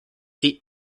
seat